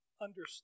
understand